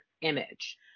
image